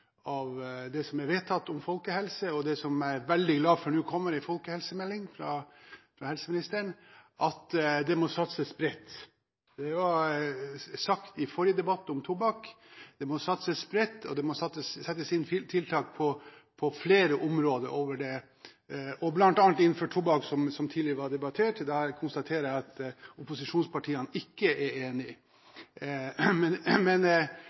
av det som er vedtatt om folkehelse – jeg er veldig glad for at det nå kommer en folkehelsemelding fra helseministeren – at det må satses bredt. Det ble det sagt i en tidligere debatt om tobakk at det må satses bredt, og det må settes inn tiltak på flere områder. Blant annet når det gjelder tobakk, som tidligere er debattert, konstaterer jeg at opposisjonspartiene ikke er